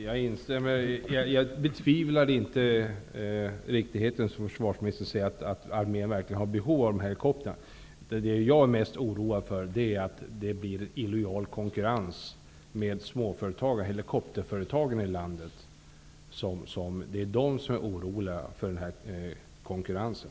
Fru talman! Jag betvivlar inte riktigheten i försvarsministerns uttalande om att armén verkligen har behov av dessa helikoptrar. Jag är mest oroad för att det skall bli illojal konkurrens gentemot de små helikopterföretagen i landet. Det är de som är oroliga för den här konkurrensen.